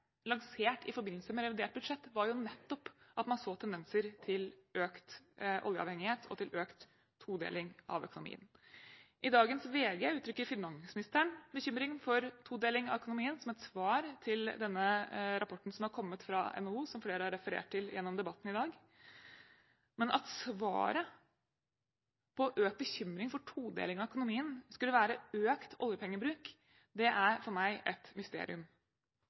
lansert i forbindelse med revidert budsjett, var nettopp at man så tendenser til økt oljeavhengighet og til økt todeling av økonomien. I dagens VG uttrykker finansministeren bekymring for todeling av økonomien, som et svar til den rapporten som er kommet fra NHO, som flere har referert til i debatten i dag. Men at svaret på økt bekymring for todeling av økonomien skulle være økt oljepengebruk, er for meg et mysterium.